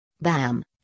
Bam